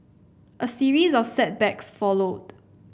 a series of setbacks followed